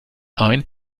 ein